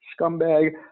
scumbag